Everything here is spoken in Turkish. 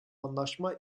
anlaşma